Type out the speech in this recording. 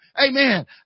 Amen